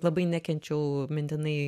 labai nekenčiau mintinai